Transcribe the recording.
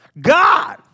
God